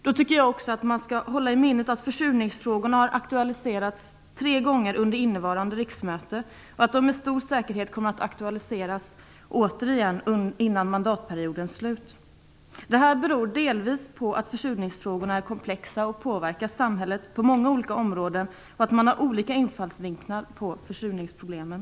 Men jag tycker att man skall hålla i minnet att försurningsfrågorna har aktualiserats tre gånger under innevarande riksmöte och att de med stor säkerhet kommer att aktualiseras återigen innan mandatperioden är slut. Detta beror delvis på att försurningsfrågorna är komplexa och påverkar samhället på många olika områden och på att det finns olika infallsvinklar beträffande försurningsproblemen.